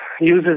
uses